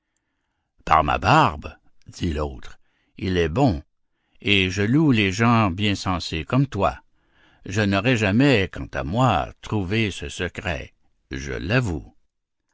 par ma barbe dit l'autre il est bon et je loue les gens bien sensés comme toi je n'aurais jamais quant à moi trouvé ce secret je l'avoue